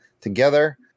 together